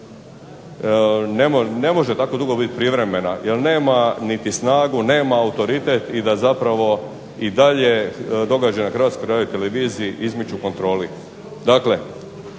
ne može tako dugo biti privremena, jer nama niti snagu, nema autoritet i da zapravo dalje događaji na HRTV-i izmiču kontroli.